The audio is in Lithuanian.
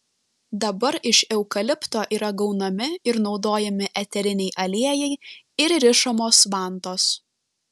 dabar iš eukalipto yra gaunami ir naudojami eteriniai aliejai ir rišamos vantos